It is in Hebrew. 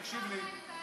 תקשיב לי.